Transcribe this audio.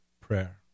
prayer